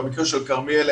במקרה של כרמיאל,